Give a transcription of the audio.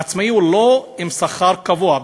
עצמאי הוא לא עם שכר קבוע.